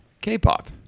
k-pop